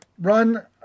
run